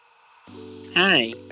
Hi